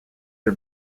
are